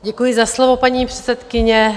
Děkuji za slovo, paní předsedkyně.